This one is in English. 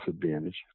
disadvantage